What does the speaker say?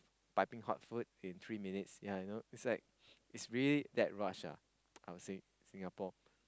pipping hot food in three minutes yeah you know it's like it's really that rush ah I would say in Singapore